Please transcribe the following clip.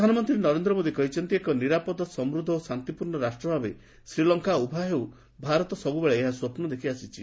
Sri Lanka housing ପ୍ରଧାନମନ୍ତ୍ରୀ ନରେନ୍ଦ୍ର ମୋଦି କହିଛନ୍ତି ଏକ ନିରାପଦ ସମୃଦ୍ଧ ଓ ଶାନ୍ତିପୂର୍ଣ୍ଣ ରାଷ୍ଟ୍ର ଭାବେ ଶ୍ରୀଲଙ୍କା ଉଭା ହେଉ ଭାରତ ସବୁବେଳେ ସ୍ୱପୁ ଦେଖିଆସିଛି